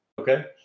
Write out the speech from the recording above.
Okay